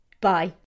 Bye